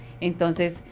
Entonces